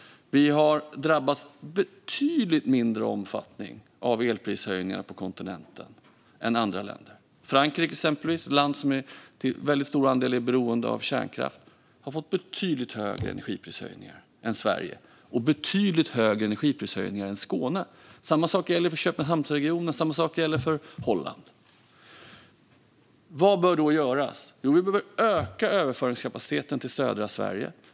Vi har drabbats i betydligt mindre omfattning av elprishöjningar på kontinenten än andra länder. Exempelvis Frankrike, ett land som till väldigt stor andel är beroende av kärnkraft, har fått betydligt högre energiprishöjningar än Sverige och betydligt högre energiprishöjningar än Skåne. Samma sak gäller för Köpenhamnsregionen och Holland. Vad bör då göras? Vi behöver öka överföringskapaciteten till södra Sverige.